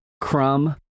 crumb